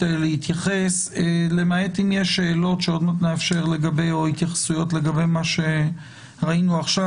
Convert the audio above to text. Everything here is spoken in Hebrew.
להתייחס למעט אם יש שאלות או התייחסויות לגבי מה שראינו עכשיו.